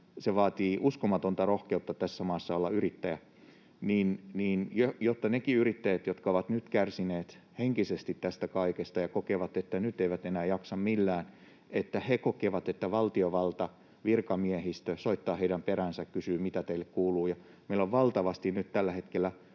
se vaatii uskomatonta rohkeutta tässä maassa olla yrittäjä — jotka ovat nyt kärsineet henkisesti tästä kaikesta ja kokevat, että nyt eivät enää jaksa millään, kokevat, että valtiovalta, virkamiehistö soittaa heidän peräänsä ja kysyy, mitä teille kuuluu. Meillä on valtavasti nyt tällä hetkellä